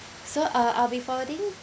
so uh I'll be forwarding